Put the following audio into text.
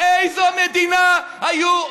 באיזו מדינה היו,